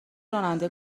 راننده